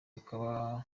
bakaba